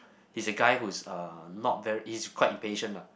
he's a guy who's uh not very he's quite impatient lah